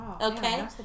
Okay